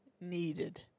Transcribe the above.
needed